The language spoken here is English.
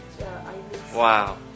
Wow